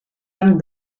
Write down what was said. amb